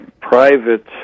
private